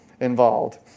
involved